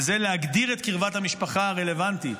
וזה להגדיר את קרבת המשפחה הרלוונטית,